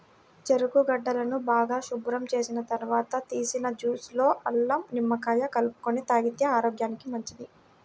చెరుకు గడలను బాగా శుభ్రం చేసిన తర్వాత తీసిన జ్యూస్ లో అల్లం, నిమ్మకాయ కలుపుకొని తాగితే ఆరోగ్యానికి మంచిది